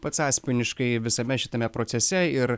pats asmeniškai visame šitame procese ir